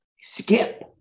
Skip